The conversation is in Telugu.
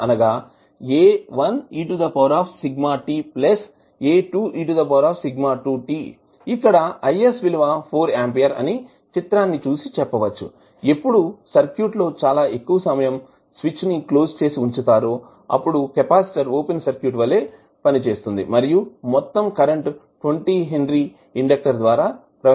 ఇక్కడ IS విలువ 4 ఆంపియర్ అని చిత్రాన్ని చూసి చెప్పవచ్చు ఎప్పుడు సర్క్యూట్ లో చాలా ఎక్కువ సమయం స్విచ్ ని క్లోజ్ చేసి ఉంచుతారో అప్పుడు కెపాసిటర్ ఓపెన్ సర్క్యూట్ వలె పనిచేస్తుంది మరియు మొత్తం కరెంట్ 20 హెన్రీ ఇండెక్టర్ ద్వారా ప్రవహించబడుతుంది